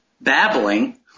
babbling